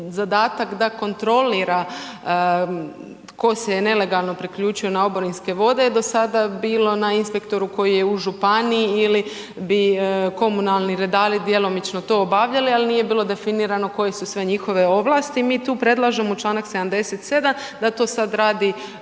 zadatak da kontrolira tko se je nelegalno priključio na oborinske vode, do sada bilo na inspektoru koji je u županiji ili bi komunalni redari djelomično to obavljali, ali nije bilo definirano koje su sve njihove ovlasti. Mi tu predlažemo u čl. 77 da to sad radi vodni